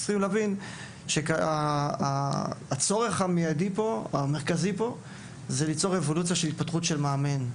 צריך להבין שהצורך המרכזי פה הוא ליצור אבולוציה של התפתחות של מאמן.